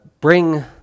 bring